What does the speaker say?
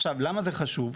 עכשיו למה זה חשוב?